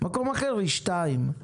במקום אחר היא 2 מיליון.